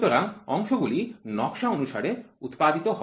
সুতরাং অংশগুলি নকশা অনুসারে উৎপাদিত হয়